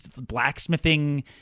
blacksmithing